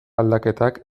aldaketak